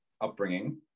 upbringing